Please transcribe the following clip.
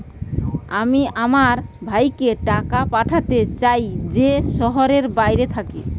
আমি আমার ভাইকে টাকা পাঠাতে চাই যে শহরের বাইরে থাকে